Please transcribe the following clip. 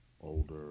older